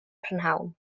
prynhawn